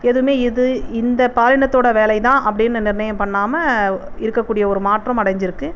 எதுவுமே இது இந்த பாலினத்தோட வேலைதான் அப்படின்னு நிர்ணயம் பண்ணாமல் இருக்கக்கூடிய ஒரு மாற்றம் அடஞ்சுருக்கு